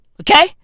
Okay